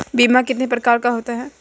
बीमा कितने प्रकार का होता है?